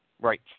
Right